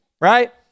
right